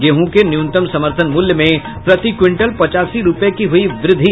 गेहूं के न्यूनतम समर्थन मूल्य में प्रति क्विंटल पचासी रूपये की हुई वृद्धि